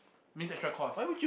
means extra cost